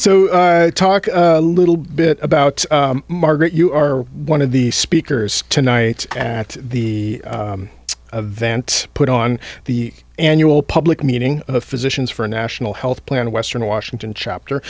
so talk a little bit about margaret you are one of the speakers tonight at the event put on the annual public meeting of physicians for a national health plan a western washington chapter